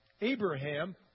Abraham